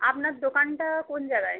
আপনার দোকানটা কোন জায়গায়